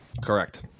Correct